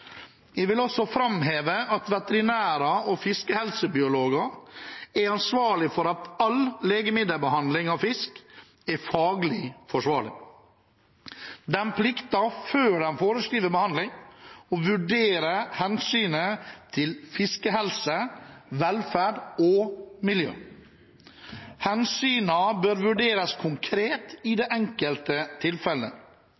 Jeg vil også framheve at veterinærer og fiskehelsebiologer er ansvarlig for at all legemiddelbehandling av fisk er faglig forsvarlig. De plikter – før de foreskriver behandling – å vurdere hensynet til fiskehelse, velferd og miljø. Hensynene bør vurderes konkret i det